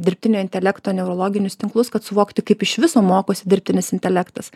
dirbtinio intelekto neurologinius tinklus kad suvokti kaip iš viso mokosi dirbtinis intelektas